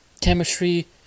chemistry